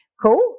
cool